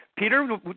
Peter